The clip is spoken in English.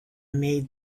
made